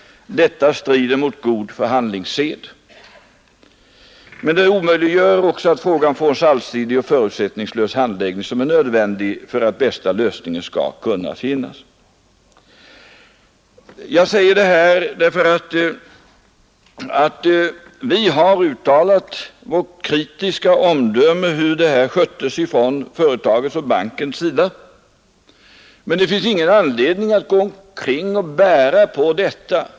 Detta strider mot god förhandlingssed. Men det omöjliggör också att frågan får en så allsidig och förutsättningslös handläggning som är nödvändig för att bästa lösningen skall kunna finnas.” Jag citerar detta därför att vi har uttalat vårt kritiska omdöme om hur saken har skötts från företagets och bankens sida. Men det finns ingen anledning att gå omkring och ondgöra sig över detta nu.